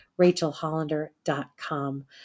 rachelhollander.com